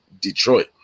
Detroit